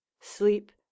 sleep